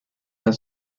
has